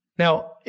Now